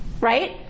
Right